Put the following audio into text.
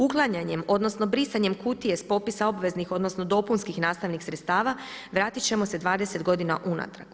Uklanjanjem, odnosno brisanjem kutije s popisa obveznih, odnosno dopunskih nastavnih sredstava vratit ćemo se 20 godina unatrag.